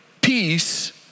peace